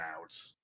out